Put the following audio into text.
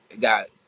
got